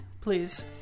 please